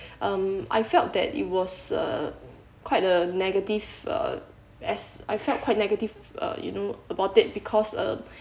um I felt that it was uh quite a negative uh as I felt quite negative uh you know about it because uh